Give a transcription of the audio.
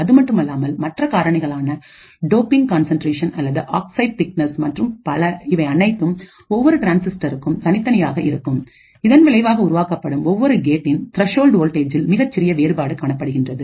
அதுமட்டுமல்லாமல் மற்ற காரணிகளான டோப்பிங் கான்சன்ட்ரேஷன் அல்லது ஆக்சைடு திக்னஸ் மற்றும் பல இவை அனைத்தும் ஒவ்வொரு ட்ரான்சிஸ்டருக்கும் தனித்தனியாக இருக்கும் அதன் விளைவாகஉருவாக்கப்படும் ஒவ்வொரு கேட்டின் த்ரஸ்ஹோல்ட் வோல்டேஜில் மிகச்சிறிய வேறுபாடு காணப்படுகின்றது